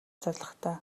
зорилготой